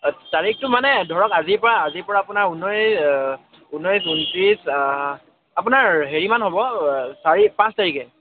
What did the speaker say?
তাৰিখটো মানে ধৰক আজিৰ পৰা আজিৰ পৰা আপোনাৰ ঊনৈছ ঊনৈছ ঊনত্ৰিছ আপোনাৰ হেৰিমান হ'ব চাৰি পাঁচ তাৰিখে